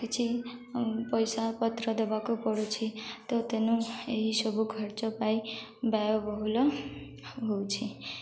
କିଛି ପଇସା ପତ୍ର ଦେବାକୁ ପଡ଼ୁଛି ତ ତେଣୁ ଏହିସବୁ ଖର୍ଚ୍ଚ ପାଇ ବ୍ୟୟବହୁଳ ହେଉଛି